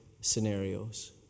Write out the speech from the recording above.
scenarios